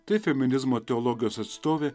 tai feminizmo teologijos atstovė